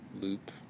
loop